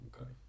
Okay